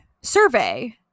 survey